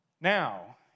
Now